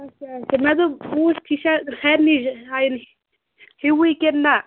اَچھا اَچھا مےٚ دوٚپ بہٕ وُچھٕ یہِ چھا سارِنٕے جایَن ہِیٛوُے کِنہٕ نہٕ